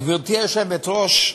גברתי היושבת-ראש,